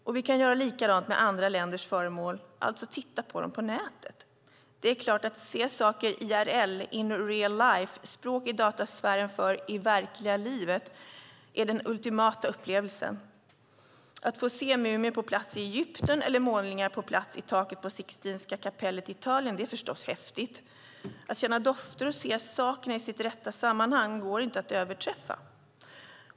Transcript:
Och vi kan göra likadant med andra länders föremål, alltså titta på dem på nätet. Det är klart att detta att se saker IRL - in real life, datasfärens uttryck för "i verkliga livet" - är den ultimata upplevelsen. Att få se mumier på plats i Egypten eller målningar på plats i taket på Sixtinska kapellet i Italien är förstås häftigt. Att känna dofter och se saker i sitt rätta sammanhang går inte att överträffa.